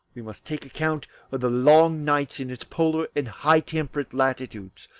we must take account of the long nights in its polar and high-temperate latitudes,